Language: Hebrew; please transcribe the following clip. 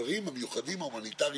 שלוש דקות.